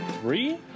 three